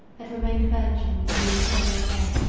had remained a virgin in the imperial bed.